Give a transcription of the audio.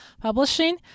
publishing